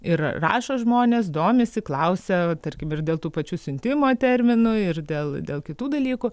ir rašo žmonės domisi klausia va tarkim ir dėl tų pačių siuntimo terminų ir dėl dėl kitų dalykų